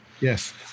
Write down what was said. Yes